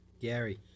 Gary